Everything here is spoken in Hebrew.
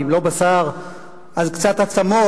ואם לא בשר אז קצת עצמות.